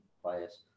players